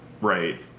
right